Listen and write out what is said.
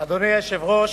היושב-ראש,